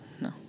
No